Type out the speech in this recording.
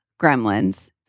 Gremlins